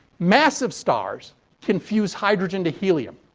massive stars can fuse hydrogen to helium.